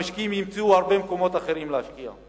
המשקיעים ימצאו הרבה מקומות אחרים להשקיע,